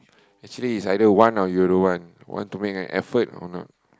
actually is either want or you don't want want to make an effort or not